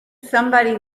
somebody